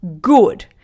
Good